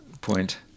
point